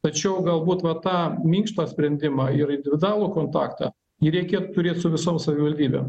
tačiau galbūt va tą minkštą sprendimą ir individualų kontaktą jį reikia turėt su visoms savivaldybėm